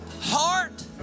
Heart